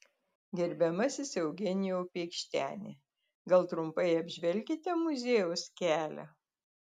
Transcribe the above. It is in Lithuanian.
gerbiamasis eugenijau peikšteni gal trumpai apžvelkite muziejaus kelią